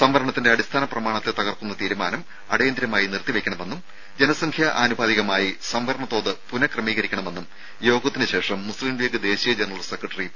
സംവരണത്തിന്റെ അടിസ്ഥാനപ്രമാണത്തെ തകർക്കുന്ന തീരുമാനം അടിയന്തിരമായി നിർത്തിവെക്കണമെന്നും ജനസംഖ്യാനുപാതികമായി സംവരണ തോത് പുനഃക്രമീകരിക്കണമെന്നും യോഗത്തിന് ശേഷം മുസ്ലിം ലീഗ് ദേശീയ ജനറൽ സെക്രട്ടറി പി